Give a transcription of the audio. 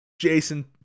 Jason